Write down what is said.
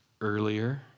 earlier